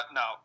no